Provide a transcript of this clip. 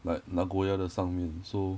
but nagoya 的上面 so